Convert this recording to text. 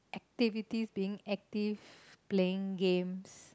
take for this being active playing games